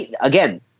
Again